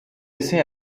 ese